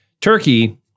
Turkey